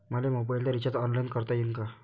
मले मोबाईलच recharge online करता येईन का?